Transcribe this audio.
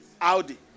Audi